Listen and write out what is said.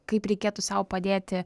kaip reikėtų sau padėti